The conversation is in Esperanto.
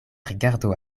rigardo